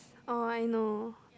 orh I know